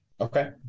Okay